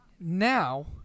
now